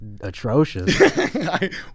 atrocious